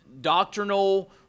doctrinal